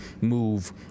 move